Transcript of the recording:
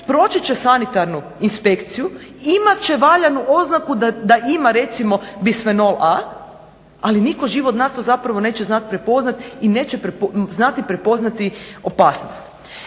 proći će sanitarnu inspekciju, imat će valjanu oznaku da ima recimo recimo bisfenol a a nitko živ od nas to zapravo neće znati prepoznati i neće znati prepoznati opasnost.